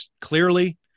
clearly